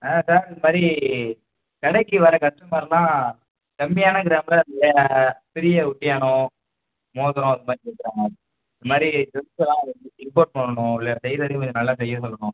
ஆ sir இது மாதிரி கடைக்கு வர கஸ்டமர்லாம் கம்மியான கிராமில் பெரிய ஒட்டியானம் மோதரம் இது மாதிரி கேட்குறாங்க இது மாதிரி ஜுவெல்ஸ்லாம் இம்போர்ட் பண்ணணும் இல்லை செய்கிறதயும் கொஞ்சம் நல்லா செய்யச் சொல்லணும்